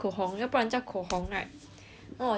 哦我就去买红色的咯